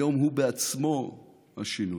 היום הוא בעצמו השינוי.